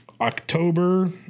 October